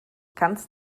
kannst